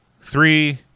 three